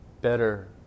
better